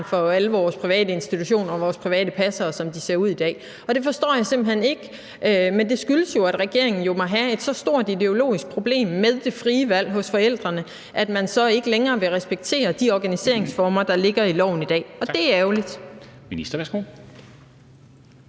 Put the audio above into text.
for alle vores private institutioner og vores private passere, som de ser ud i dag, og det forstår jeg simpelt hen ikke. Men regeringen må jo have et så stort ideologisk problem med det frie valg hos forældrene, at man så ikke længere vil respektere de organiseringsformer, der ligger i loven i dag, og det er ærgerligt.